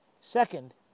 Second